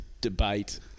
debate